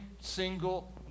single